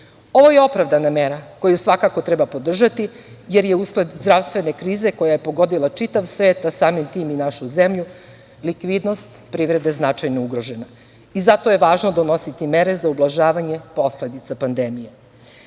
je opravdana mera koju svakako treba podržati, jer je usled zdravstvene krize koja je pogodila čitav svet, a samim tim i našu zemlju likvidnost privrede značajno ugrožena. Zato je važno donositi mere za ublažavanje posledica pandemije. Kako